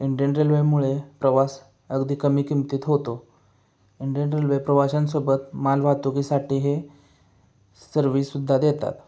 Indian रेल्वेमुळे प्रवास अगदी कमी किमतीत होतो इंडियन रेल्वे प्रवाशांसोबत माल वाहतुकीसाठी हे सर्विससुद्धा देतात